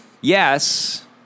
yes